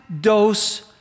dose